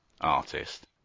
artist